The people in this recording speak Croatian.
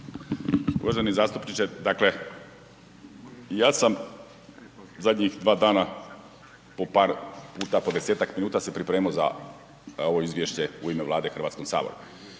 Uvaženi zastupniče, dakle, ja sam zadnjih 2 dana po par puta, po 10-ak minuta se pripremao za ovo izvješće u ime Vlade Hrvatskom saboru.